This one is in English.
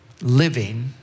living